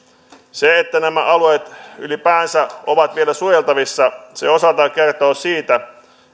se että nämä alueet ylipäänsä ovat vielä suojeltavissa osaltaan kertoo siitä